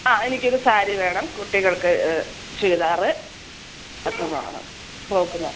ആഹ് എനിക്കൊരു സാരി വേണം കുട്ടികൾക്ക് ചുരിദാറ് ഫ്രോക്കും വേണം